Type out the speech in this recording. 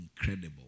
incredible